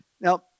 Now